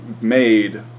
made